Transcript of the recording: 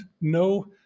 no